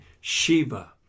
Shiva